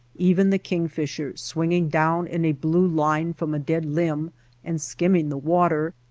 even the kingfisher, swinging down in a blue line from a dead limb and skimming the water,